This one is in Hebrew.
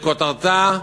שכותרתה: